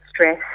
stress